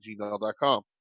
gmail.com